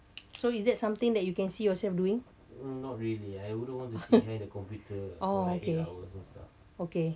so is that something that you can see yourself doing oh okay okay